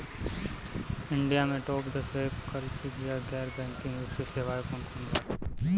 India में top दस वैकल्पिक या गैर बैंकिंग वित्तीय सेवाएं कौन कोन बाटे?